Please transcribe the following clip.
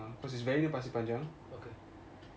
okay